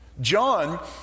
john